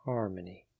Harmony